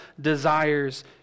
desires